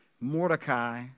Mordecai